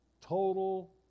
total